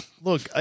Look